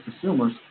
consumers